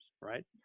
Right